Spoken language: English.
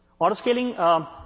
Autoscaling